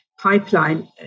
pipeline